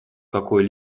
какой